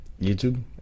youtube